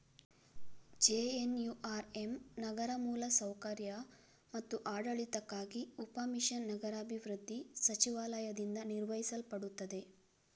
JNURM ನಗರ ಮೂಲ ಸೌಕರ್ಯ ಮತ್ತು ಆಡಳಿತಕ್ಕಾಗಿ ಉಪ ಮಿಷನ್ ನಗರಾಭಿವೃದ್ಧಿ ಸಚಿವಾಲಯದಿಂದ ನಿರ್ವಹಿಸಲ್ಪಡುತ್ತದೆ